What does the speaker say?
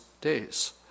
days